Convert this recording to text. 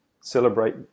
celebrate